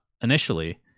initially